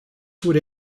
would